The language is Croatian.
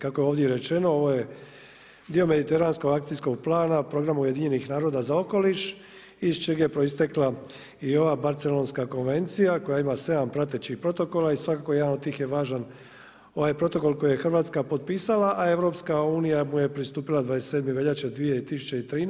Kako je ovdje rečeno ovo je dio mediteranskog akcijskog plana, programa Ujedinjenih naroda za okoliš iz čeg je proistekla i ova Barcelonska konvencija koja ima 7 pratećih protokola i svakako jedan od tih je važan ovaj protokol koji je Hrvatska potpisala, a EU mu je pristupila 27. veljače 2013.